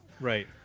right